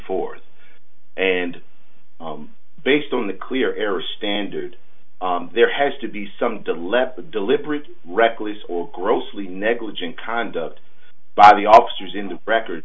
forth and based on the clear air standard there has to be some dilemma a deliberate reckless or grossly negligent conduct by the officers in the record